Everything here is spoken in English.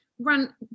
Run